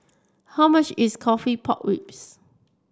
how much is coffee Pork Ribs